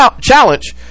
challenge